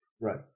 Right